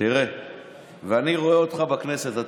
אני רואה אותך בכנסת,